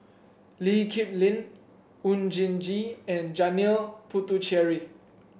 Lee Kip Lin Oon Jin Gee and Janil Puthucheary